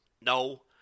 No